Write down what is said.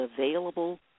available